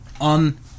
on